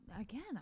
again